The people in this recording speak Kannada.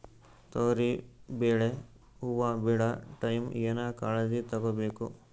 ತೊಗರಿಬೇಳೆ ಹೊವ ಬಿಡ ಟೈಮ್ ಏನ ಕಾಳಜಿ ತಗೋಬೇಕು?